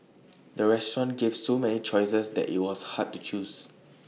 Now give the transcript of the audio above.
the restaurant gave so many choices that IT was hard to choose